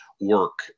work